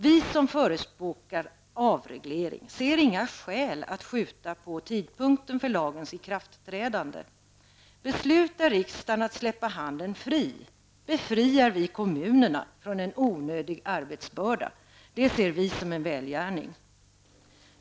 Vi som förespråkar avreglering ser inga skäl att skjuta på tidpunkten för lagens ikraftträdande. Om riksdagen beslutar att släppa handeln fri, befriar vi kommunerna från en onödig arbetsbörda. Det ser vi som en välgärning.